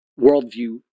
worldview